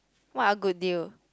what a good deal